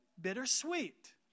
bittersweet